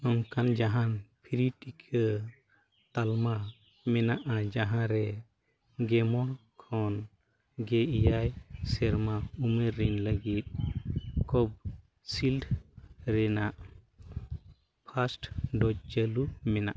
ᱱᱚᱝᱠᱟᱱ ᱡᱟᱦᱟᱱ ᱴᱤᱠᱟᱹ ᱛᱟᱞᱢᱟ ᱢᱮᱱᱟᱜᱼᱟ ᱡᱟᱦᱟᱸᱨᱮ ᱜᱮᱢᱚᱬ ᱠᱷᱚᱱ ᱜᱮ ᱮᱭᱟᱭ ᱥᱮᱨᱢᱟ ᱩᱢᱮᱨ ᱨᱮ ᱞᱟᱹᱜᱤᱫ ᱨᱮᱱᱟᱜ ᱪᱟᱹᱞᱩ ᱢᱮᱱᱟᱜᱼᱟ